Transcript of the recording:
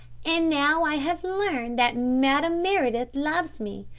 and now i have learnt that madame meredith loves me.